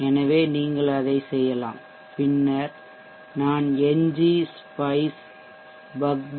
எனவே நீங்கள் அதைச் செய்யலாம் பின்னர் நான் ngspice buckboost